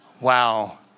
Wow